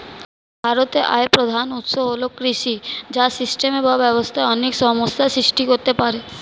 ভারতের আয়ের প্রধান উৎস হল কৃষি, যা সিস্টেমে বা ব্যবস্থায় অনেক সমস্যা সৃষ্টি করতে পারে